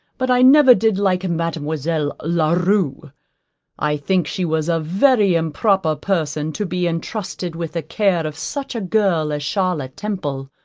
but i never did like mademoiselle la rue i think she was a very improper person to be entrusted with the care of such a girl as charlotte temple,